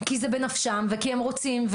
כי זה בנפשם וכי הם רוצים,